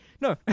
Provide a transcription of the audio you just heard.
no